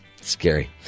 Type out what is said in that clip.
scary